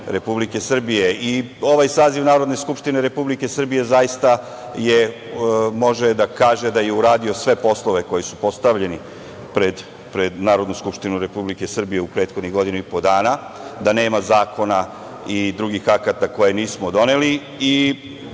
Republike Srbije. Ovaj saziv Narodne skupštine Republike Srbije, zaista može da kaže da je uradio sve poslove koji su postavljeni pred Narodnu skupštinu Republike Srbije u prethodnih godinu i po dana, da nema zakona i drugih akata koje nismo doneli. Ono